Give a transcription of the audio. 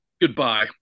goodbye